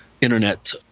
Internet